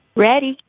ready.